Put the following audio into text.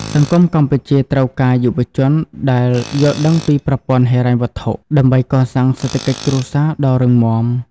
សង្គមកម្ពុជាត្រូវការយុវជនដែលយល់ដឹងពីប្រព័ន្ធហិរញ្ញវត្ថុ ដើម្បីកសាងសេដ្ឋកិច្ចគ្រួសារដ៏រឹងមាំ។